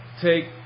take